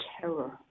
terror